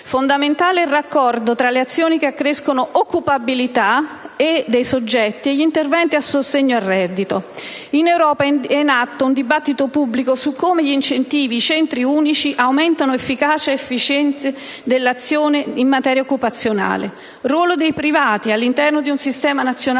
Fondamentale è il raccordo tra le azioni che accrescono l'occupabilità dei soggetti e gli interventi a sostegno del reddito. In Europa è in atto un dibattito pubblico su come gli incentivi ai centri unici aumentano efficacia ed efficienza dell'azione in materia occupazionale. Il ruolo dei privati all'interno di un sistema nazionale